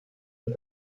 und